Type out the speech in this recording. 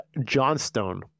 Johnstone